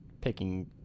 picking